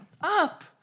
up